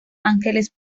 ángeles